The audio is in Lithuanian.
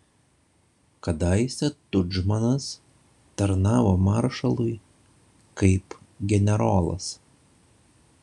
kadaise tudžmanas tarnavo maršalui kaip generolas